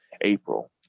April